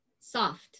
soft